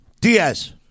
Diaz